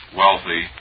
wealthy